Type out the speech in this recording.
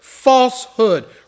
falsehood